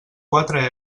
quatre